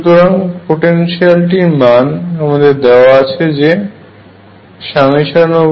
সুতরাং পোটেনশিয়ালটির মান আমাদের দেওয়া আছে যে mVδ